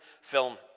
film